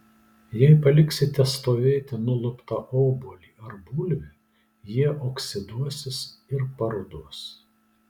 jei paliksite stovėti nuluptą obuolį ar bulvę jie oksiduosis ir paruduos